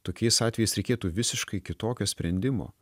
tokiais atvejais reikėtų visiškai kitokio sprendimo